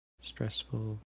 stressful